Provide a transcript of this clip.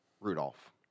Rudolph